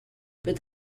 but